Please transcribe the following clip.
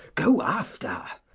go after.